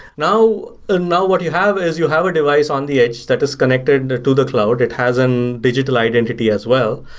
now ah now what you have is you have a device on the edge that is connected and to the cloud. it has a digital identity as well.